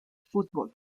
fútbol